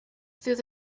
through